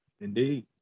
indeed